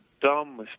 dumb